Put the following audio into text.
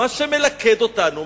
מה שמלכד אותנו,